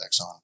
Exxon